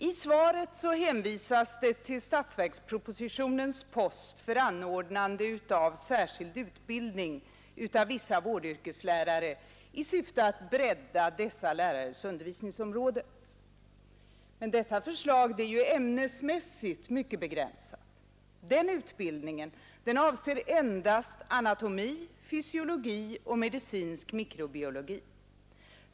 I svaret hänvisas till statsverkspropositionens post för anordnande av särskild utbildning av vissa vårdyrkeslärare i syfte att bredda dessa lärares undervisningsområden. Men det förslaget är ju ämnesmässigt mycket begränsat. Den utbildningen avser endast anatomi, fysiologi och medicinsk mikrobiologi.